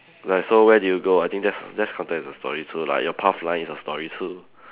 like so where did you go I think that's that's counted as a story too lah your path line is a story too